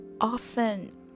often